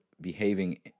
behaving